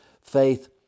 Faith